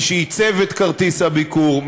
מי שעיצב את כרטיס הביקור,